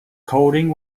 coding